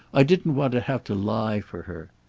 i didn't want to have to lie for her.